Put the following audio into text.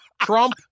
Trump